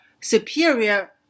superior